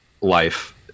life